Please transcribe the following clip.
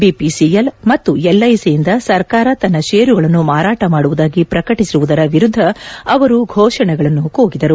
BPCL ಮತ್ತು ಎಲ್ಐಸಿಯಿಂದ ಸರ್ಕಾರ ತನ್ನ ಷೇರುಗಳನ್ನು ಮಾರಾಟ ಮಾಡುವುದಾಗಿ ಪ್ರಕಟಿಸಿರುವುದರ ವಿರುದ್ದ ಅವರು ಫೋಷಣೆಗಳನ್ನು ಕೂಗಿದರು